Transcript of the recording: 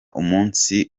umunsi